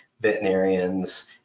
veterinarians